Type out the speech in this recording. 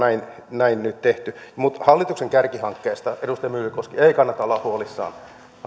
näin nyt tehty mutta hallituksen kärkihankkeista edustaja myllykoski ei kannata olla huolissaan